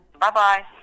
Bye-bye